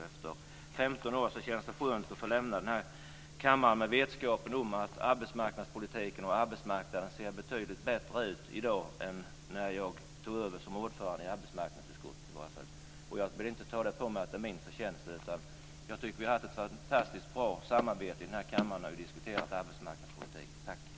Efter 15 år känns det skönt att få lämna denna kammare med vetskapen om att arbetsmarknadspolitiken och arbetsmarknaden ser betydligt bättre ut i dag än när jag tog över som ordförande i arbetsmarknadsutskottet. Jag vill inte säga att det är min förtjänst, utan jag tycker att vi har haft ett fantastiskt bra samarbete i denna kammare när vi har diskuterat arbetsmarknadspolitiken. Tack.